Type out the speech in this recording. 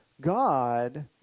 God